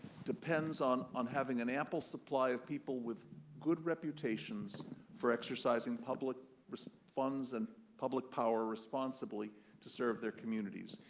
depends on on having an ample supply of people with good reputations for exercising public funds and public power responsibly to serve their communities.